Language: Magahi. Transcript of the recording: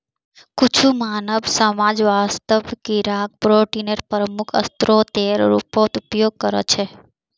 कुछु मानव समाज वास्तवत कीडाक प्रोटीनेर प्रमुख स्रोतेर रूपत उपयोग करछे